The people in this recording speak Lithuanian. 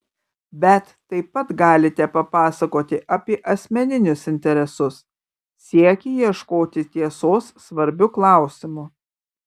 bet taip pat galite papasakoti apie asmeninius interesus siekį ieškoti tiesos svarbiu klausimu